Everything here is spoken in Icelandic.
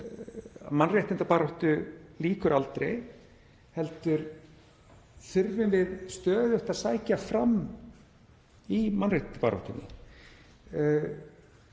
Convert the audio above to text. mannréttindabaráttu lýkur aldrei heldur þurfum við stöðugt að sækja fram í mannréttindabaráttunni.